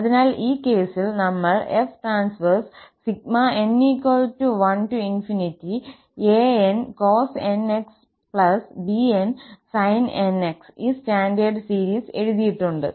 അതിനാൽ ഈ കേസിൽ നമ്മൾ 𝑓n1𝑎𝑛cos𝑛𝑥𝑏𝑛sin𝑛𝑥 ഈ സ്റ്റാൻഡേർഡ് സീരീസ് എഴുതിയിട്ടുണ്ട്